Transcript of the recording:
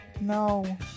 no